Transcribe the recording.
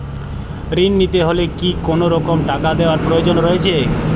ঋণ নিতে হলে কি কোনরকম টাকা দেওয়ার প্রয়োজন রয়েছে?